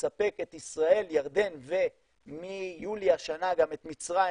שמספקת ישראל, ירדן ומיולי השנה גם את מצרים